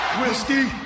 whiskey